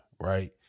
right